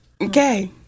Okay